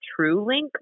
TrueLink